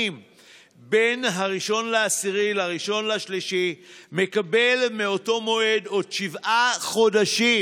בין 1 באוקטובר ל-1 במרץ מקבל מאותו מועד עוד שבעה חודשים,